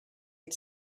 had